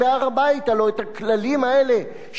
הלוא את הכללים האלה שקבעת,